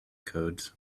codes